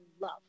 love